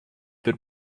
der